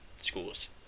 schools